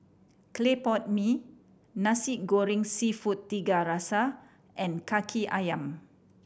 clay pot mee Nasi Goreng Seafood Tiga Rasa and Kaki Ayam